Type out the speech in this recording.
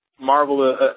Marvel